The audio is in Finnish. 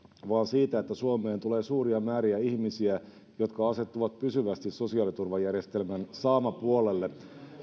vaan siitä että suomeen tulee suuria määriä ihmisiä jotka asettuvat pysyvästi sosiaaliturvajärjestelmän saamapuolelle